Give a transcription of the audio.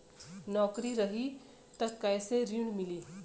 नौकरी रही त कैसे ऋण मिली?